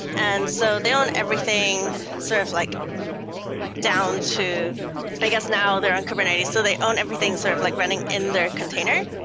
and so they own everything sort of like down to i guess now they're on kubernetes. so they own everything sort of like running in their container,